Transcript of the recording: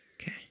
Okay